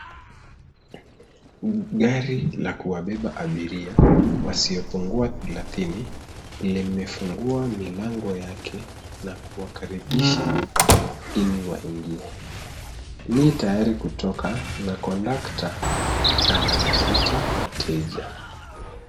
Gari la kuwabeba abiria wasiopungua thelathini, limefungua milango yake na kuwakaribisha ili waingie. Li tayari kuondoka na kondakta anawaita wateja.